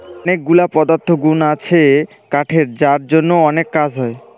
অনেকগুলা পদার্থগুন আছে কাঠের যার জন্য অনেক কাজ হয়